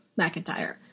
McIntyre